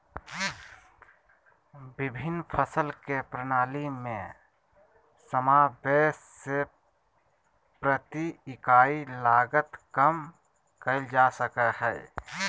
विभिन्न फसल के प्रणाली में समावेष से प्रति इकाई लागत कम कइल जा सकय हइ